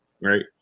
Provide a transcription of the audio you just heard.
right